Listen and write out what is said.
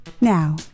Now